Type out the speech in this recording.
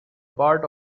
part